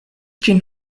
ĝin